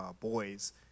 boys